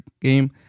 game